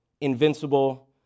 invincible